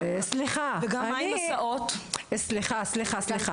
סליחה, סליחה.